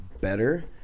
better